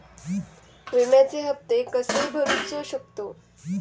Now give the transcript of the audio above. विम्याचे हप्ते कसे भरूचो शकतो?